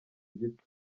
gito